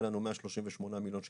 היה לנו 138 מיליון שקלים.